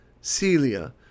Celia